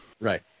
right